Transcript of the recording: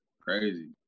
Crazy